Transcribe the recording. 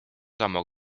sammu